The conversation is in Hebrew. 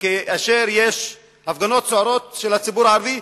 וכאשר יש הפגנות סוערות של הציבור הערבי,